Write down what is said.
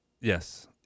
Yes